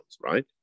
right